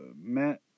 Matt